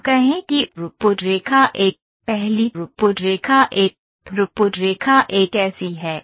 हम कहें कि थ्रूपुट रेखा 1 पहली थ्रूपुट रेखा 1 थ्रूपुट रेखा 1 ऐसी है